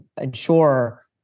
ensure